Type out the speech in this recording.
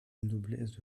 noblesse